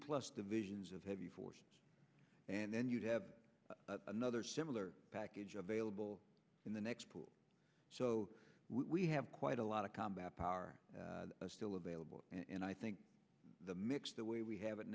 plus divisions of heavy force and then you have another similar package available in the next so we have quite a lot of combat power still available and i think the mix the way we have it